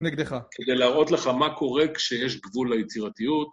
נגדך. כדי להראות לך מה קורה כשיש גבול ליצירתיות.